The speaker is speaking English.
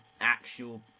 actual